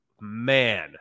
man